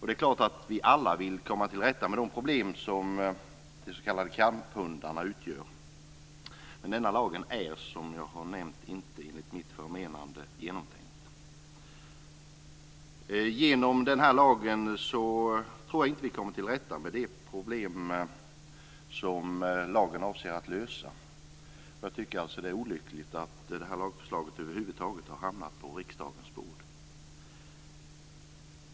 Det är klart att vi alla vill komma till rätta med de problem som de s.k. kamphundarna utgör men detta förslag till lag är enligt mitt förmenande, som jag tidigare nämnt, inte genomtänkt. Jag tror inte att vi genom en sådan här lag kommer till rätta med de problem som lagen avses ska lösa. Jag tycker alltså att det är olyckligt att det här lagförslaget över huvud taget har hamnat på riksdagens bord.